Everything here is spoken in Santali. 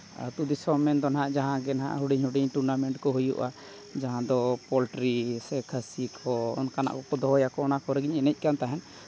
ᱟᱹᱛᱩ ᱫᱤᱥᱚᱢ ᱢᱮᱱᱫᱚ ᱦᱟᱸᱜ ᱡᱟᱦᱟᱸᱜᱮ ᱱᱟᱜ ᱦᱩᱰᱤᱧ ᱦᱩᱰᱤᱧ ᱴᱩᱨᱱᱟᱢᱮᱱᱴ ᱠᱚ ᱦᱩᱭᱩᱜᱼᱟ ᱡᱟᱦᱟᱸ ᱫᱚ ᱯᱳᱞᱴᱨᱤ ᱥᱮ ᱠᱷᱟᱹᱥᱤ ᱠᱚ ᱚᱱᱠᱟᱱᱟᱜ ᱠᱚᱠᱚ ᱫᱚᱦᱚᱭᱟᱠᱚ ᱚᱱᱟ ᱠᱚᱨᱮᱫ ᱜᱤᱧ ᱮᱱᱮᱡ ᱠᱟᱱ ᱛᱟᱦᱮᱸᱫ